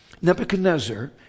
Nebuchadnezzar